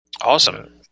Awesome